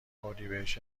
اردیبهشت